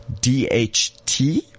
DHT